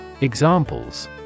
Examples